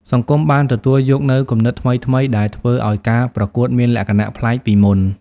សង្គមបានទទួលយកនូវគំនិតថ្មីៗដែលធ្វើឲ្យការប្រកួតមានលក្ខណៈប្លែកពីមុន។